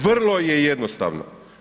Vrlo je jednostavno.